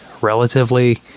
relatively